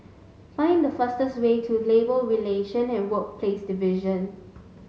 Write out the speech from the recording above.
find the fastest way to Labour Relation and Workplaces Division